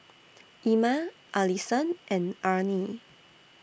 Ima Allison and Arnie